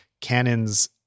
Canon's